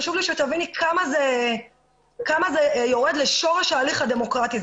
חשוב לי שתביני כמה זה יורד לשורש ההליך הדמוקרטי.